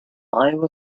iowa